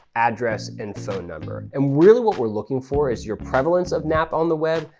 address, and phone number. and really what we're looking for is your prevalence of nap on the web,